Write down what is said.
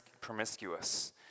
promiscuous